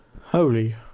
Holy